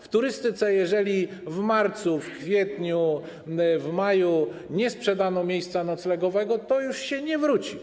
W turystyce jeżeli w marcu, w kwietniu, w maju nie sprzedano miejsca noclegowego, to to już nie wróci.